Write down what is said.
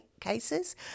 cases